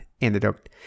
antidote